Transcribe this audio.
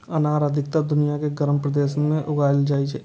अनार अधिकतर दुनिया के गर्म प्रदेश मे उगाएल जाइ छै